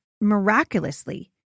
miraculously